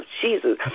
Jesus